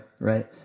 right